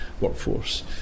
workforce